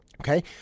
Okay